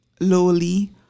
lowly